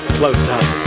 close-up